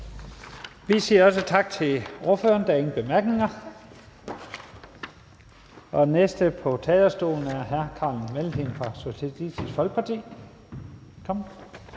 Vi siger også tak til ordføreren. Der er ingen korte bemærkninger. Og den næste på talerstolen er Carl Valentin fra Socialistisk Folkeparti.